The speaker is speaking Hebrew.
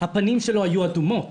הפנים שלו היו אדומות.